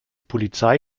polizei